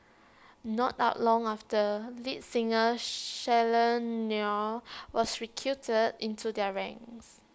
not out long after lead singer Shirley Nair was recruited into their ranks